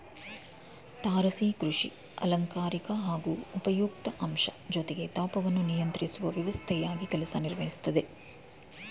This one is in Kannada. ತಾರಸಿ ಕೃಷಿ ಅಲಂಕಾರಿಕ ಹಾಗೂ ಉಪಯುಕ್ತ ಅಂಶ ಜೊತೆಗೆ ತಾಪವನ್ನು ನಿಯಂತ್ರಿಸುವ ವ್ಯವಸ್ಥೆಯಾಗಿ ಕೆಲಸ ನಿರ್ವಹಿಸ್ತದೆ